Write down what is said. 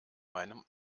meinem